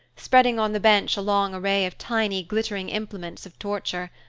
spreading on the bench a long array of tiny, glittering implements of torture.